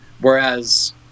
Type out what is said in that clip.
Whereas